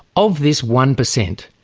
of this one percent,